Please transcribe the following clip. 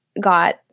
got